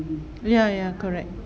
ya ya correct